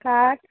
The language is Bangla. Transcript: খাট